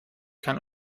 kann